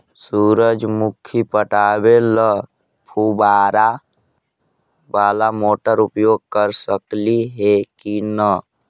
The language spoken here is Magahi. सुरजमुखी पटावे ल फुबारा बाला मोटर उपयोग कर सकली हे की न?